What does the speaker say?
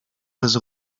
bez